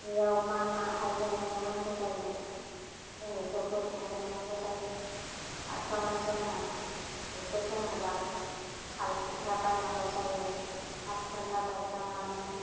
जियाव मा मा आइजें आइला नांगौ जायो जों बेखौ बुथुमग्रोनांगौ जायो फार्स्टआवनो जोङो जिखौ सोङोबा सालखुन्था गायनांगौ जायो सालखुन्था गायखांनानै